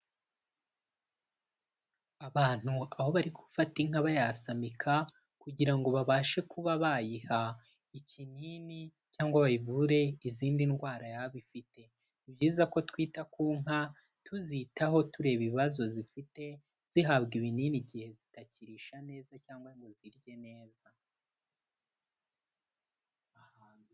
Abantu aho bari gufata inka bayasamika kugira ngo babashe kuba bayiha ikinini cyangwa bayivure izindi ndwara yaba ifite, ni byiza ko twita ku nka tuzitaho tureba ibibazo zifite, zihabwa ibinini igihe zitakirisha neza cyangwa ngo zirye neza.